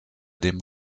dem